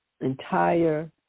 entire